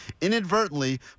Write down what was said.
inadvertently